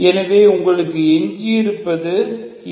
எனவே உங்களுக்கு எஞ்சியிருப்பது இது